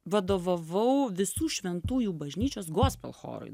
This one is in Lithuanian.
vadovavau visų šventųjų bažnyčios gospel chorui